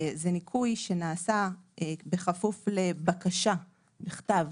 זה ניכוי שנעשה בכפוף לבקשה בכתב